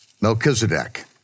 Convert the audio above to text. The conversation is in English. Melchizedek